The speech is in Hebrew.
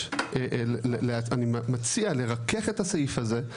אני מציע לרכך את הסעיף הזה,